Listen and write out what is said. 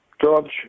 George